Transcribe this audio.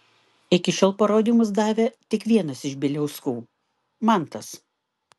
iki šiol parodymus davė tik vienas iš bieliauskų mantas